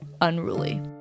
unruly